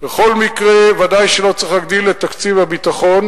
בכל מקרה, ודאי שלא צריך להגדיל את תקציב הביטחון.